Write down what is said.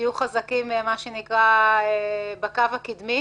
שתהיו חזקים בקו הקדמי.